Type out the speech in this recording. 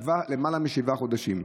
למעלה משבעה חודשים.